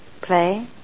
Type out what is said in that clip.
Play